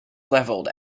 levelled